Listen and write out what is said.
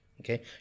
okay